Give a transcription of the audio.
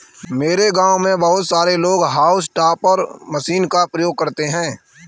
मेरे गांव में बहुत सारे लोग हाउस टॉपर मशीन का इस्तेमाल करते हैं